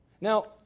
Now